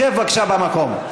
שב בבקשה במקום.